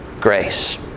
grace